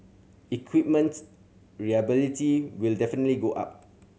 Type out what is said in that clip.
equipment reliability will definitely go up